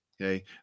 Okay